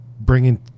bringing